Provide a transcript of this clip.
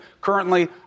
currently